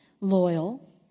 loyal